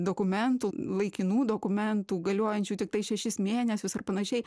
dokumentų laikinų dokumentų galiojančių tiktai šešis mėnesius ar panašiai